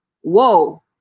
whoa